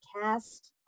cast